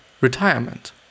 retirement